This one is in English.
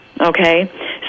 Okay